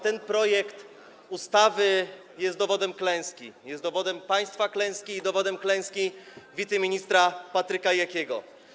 Ten projekt ustawy jest dowodem klęski, jest dowodem państwa klęski i dowodem klęski wiceministra Patryka Jakiego.